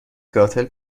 قاتل